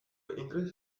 increase